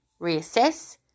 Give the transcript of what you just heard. reassess